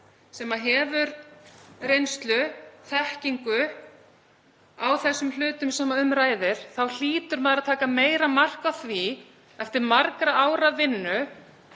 sem hefur reynslu og þekkingu á þeim hlutum sem um ræðir hlýtur maður að taka meira mark á því, eftir margra ára vinnu,